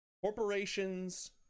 corporations